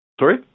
Sorry